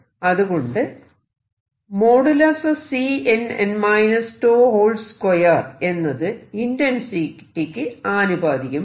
അതുകൊണ്ട് Cnn τ2എന്നത് intensity യ്ക്ക് ആനുപാതികമാണ്